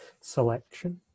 selection